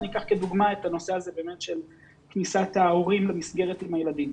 אני אקח כדוגמה את הנושא הזה של כניסת ההורים למסגרת עם הילדים.